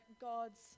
God's